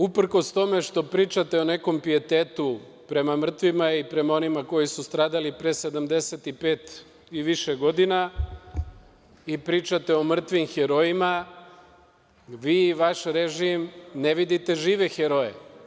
Uprkos tome što pričate o nekom pijetetu prema mrtvima i prema onima koji su stradali pre 75 i više godina, pričate o mrtvim herojima, vi i vaš režim ne vidite žive heroje.